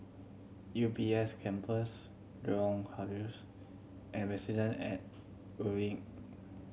U B S Campus Lorong Halus and Residence at Evelyn